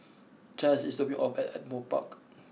Chaz is dropping me off at Ardmore Park